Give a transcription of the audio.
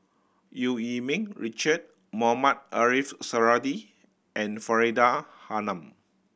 Eu Yee Ming Richard Mohamed Ariff Suradi and Faridah Hanum